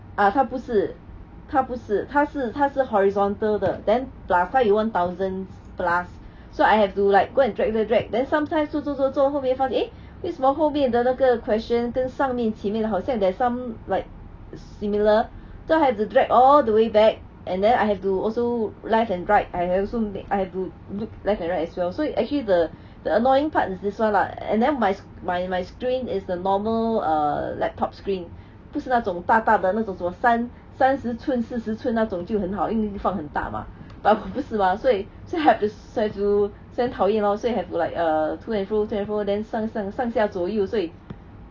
啊他不是他不是他是他是 horizontal 的 then plus 他有 one thousand plus so I have to like go and drag drag drag then sometimes 做做做做后面发现 eh 为什么后边的那个 question 跟上面前面的好像 there is some like similar then I have to drag all the way back and then I have to also left and right I have also make I have to look left and right as well so actually the the annoying part is this [one] lah and then my my my screen is the normal err laptop screen 不是那种大大的那种什么三十寸四十寸那种就很好因为放很大嘛 but 我的不是嘛所以所以 have to have to 所以很讨厌 lor 所以 have to like err to and fro to and fro then 上上上下左右所以